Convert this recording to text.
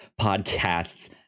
podcasts